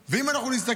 ואם אנחנו נסתכל,